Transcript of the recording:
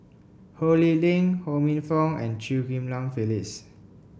Ho Lee Ling Ho Minfong and Chew Ghim Lian Phyllis